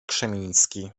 krzemiński